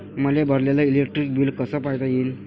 मले भरलेल electric bill कस पायता येईन?